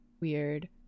weird